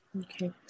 Okay